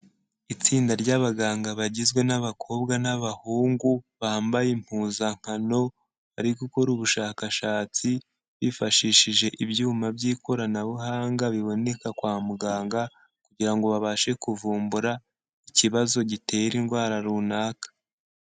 Itsinda ry'abaganga bagizwe n'abakobwa n'abahungu bambaye impuzankano, bari gukora ubushakashatsi bifashishije ibyuma by'ikoranabuhanga biboneka kwa muganga kugira ngo babashe kuvumbura ikibazo gitera indwara runaka.